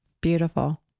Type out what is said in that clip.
Beautiful